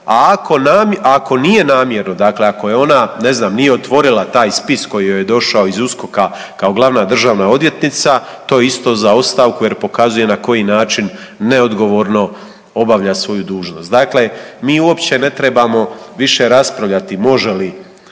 a ako nije namjerno, dakle ako je ona, ne znam nije otvorila taj spis koji joj je došao iz USKOK-a kao Glavna državna odvjetnica, to je isto za ostavku jer pokazuje na koji način neodgovorno obavlja svoju dužnost. Dakle, mi uopće ne trebamo više raspravljati može li